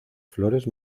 flores